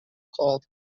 called